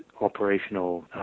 operational